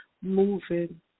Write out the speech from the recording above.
moving